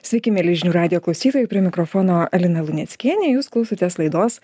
sveiki mieli žinių radijo klausytojai prie mikrofono lina luneckienė jūs klausotės laidos